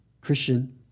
Christian